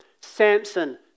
Samson